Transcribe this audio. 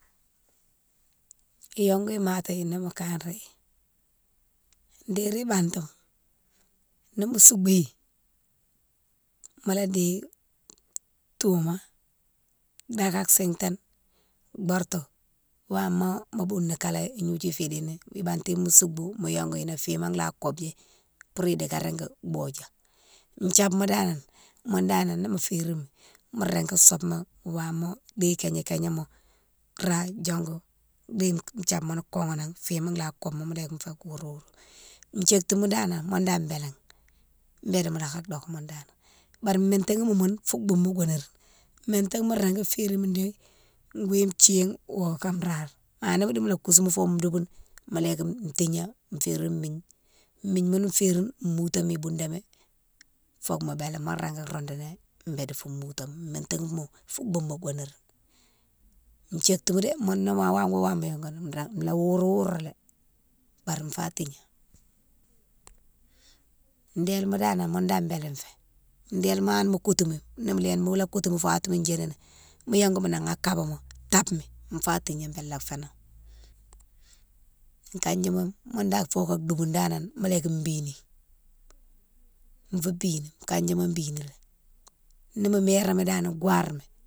Yongou maté ni mo kanré déri bantima ni mo souboughi mola déye touma daké sitane bortou wama mo bounikalé ignodiou fé déyine, ibantighi mo soubou mo yongounan fima la koubiyé pour idika régui bodja, thiabma danan mounne danan nimo férimi mo régui sobe ni wama, déye kégne kégnéma ra diongou déye thibma koughanan fima la kobe mi mola yike fo kourou, thioutou danan, mounne dane bélé, bélé mola ka doké mounne dane, bari mintéghima mounne fou bouma go nérine, mintéghima régui férine gouille thiene oh ka rare ma nimo di mola kousimi fo douboune mola yike tigné férine migne, migne ghounne ferine moutoma boudami fo mo bélami mo fé régui roudoughi bé difo moutoma, métighima fou bouma wo nérine. Thiotouma dé mounne ni ma wama wama mo yongouni mi ring, la wourou wourou lé bari fa tigné. délima danan mounne dane bélé fé, délima hanne mo koutoumi nimo léni mola koutoumi fou watima djini ni, mo yongoumi nan a kabama tabmi fa tigné la fénan. Kadjima mounne dane foka douboune dane mola yike bini, fou bini kadjima bini lé, nimo mérami dane warni.